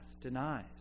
denies